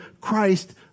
Christ